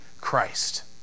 Christ